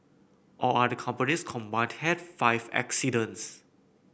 all other companies combined had five accidents